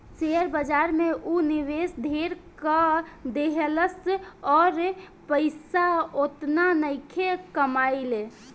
share बाजार में ऊ निवेश ढेर क देहलस अउर पइसा ओतना नइखे कमइले